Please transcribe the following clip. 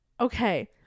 okay